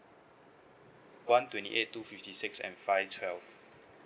one twenty eight two fifty six and five twelve